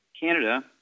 Canada